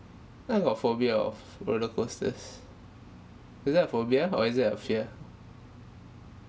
think I got phobia of roller coasters is that a phobia or is it a fear